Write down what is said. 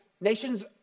Nations